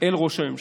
אל ראש הממשלה.